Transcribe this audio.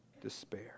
despair